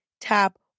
tap